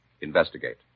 investigate